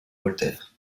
walter